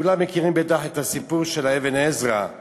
כולם מכירים בטח את הסיפור של אבן עזרא,